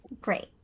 great